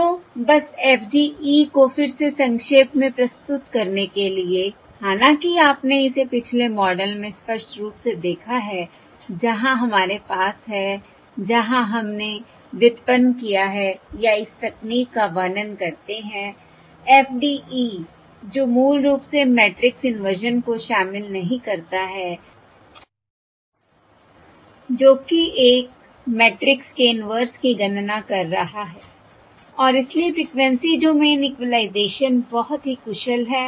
तो बस FDE को फिर से संक्षेप में प्रस्तुत करने के लिए हालांकि आपने इसे पिछले मॉडल में स्पष्ट रूप से देखा है जहां हमारे पास है जहां हमने व्युत्पन्न किया है या इस तकनीक का वर्णन करते हैं FDE जो मूल रूप से मैट्रिक्स इनवर्जन को शामिल नहीं करता है जो कि एक मैट्रिक्स के इनवर्स की गणना कर रहा है और इसलिए फ़्रीक्वेंसी डोमेन इक्विलाइज़ेशन बहुत ही कुशल है